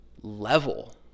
level